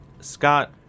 Scott